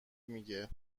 میگه